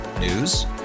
News